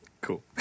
Cool